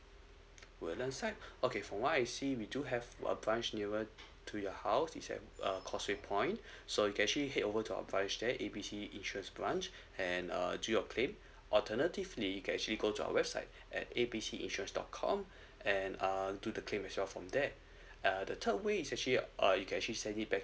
woodlands side okay from what I see we do have a branch nearer to your house is at uh causeway point so you can actually head over to our branch there A B C insurance branch and uh do your claim alternatively you can actually go to our website at A B C insurance dot com and um do the claim itself from that uh the third way is actually uh you can actually send it back